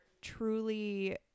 truly